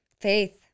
faith